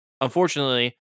Unfortunately